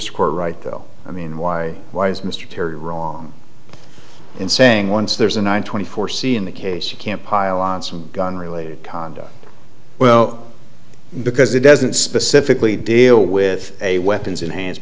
disk or right though i mean why why is mr terry wrong in saying once there's a nine twenty four c in the case you can't pile on some gun related conduct well because it doesn't specifically deal with a weapons in han